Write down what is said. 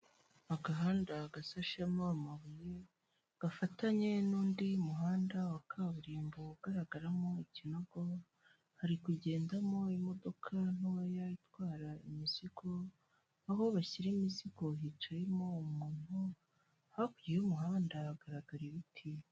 Agahanda gasashemo amabuye gafatanye n'undi muhanda wa kaburimbo ugaragaramo ikinogo, harikugendamo imodoka ntoya itwara imizigo aho bashyira imizigo hicayemo umuntu hakurya y'umuhanda hagaragara ibiti.